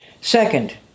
Second